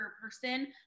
person